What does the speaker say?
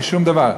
אין לו שום דבר.